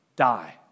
Die